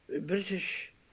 British